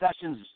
Sessions